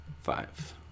Five